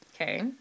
Okay